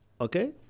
okay